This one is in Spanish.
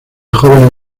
jóvenes